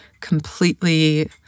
completely